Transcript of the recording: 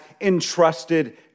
entrusted